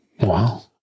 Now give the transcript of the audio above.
Wow